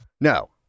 No